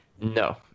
No